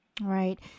Right